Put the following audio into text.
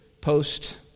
post